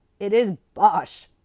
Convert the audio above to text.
it is bosh!